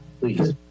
please